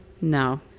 no